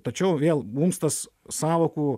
tačiau vėl mums tas sąvokų